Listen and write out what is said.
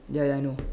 ya ya I know